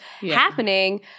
happening